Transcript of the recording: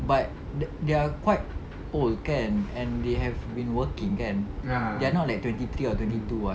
but they are quite old kan and they have been working kan they are not like twenty three or twenty two [what]